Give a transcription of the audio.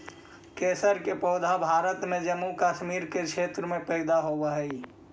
केसर के पौधा भारत में जम्मू कश्मीर के क्षेत्र में पैदा होवऽ हई